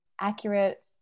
accurate